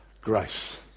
grace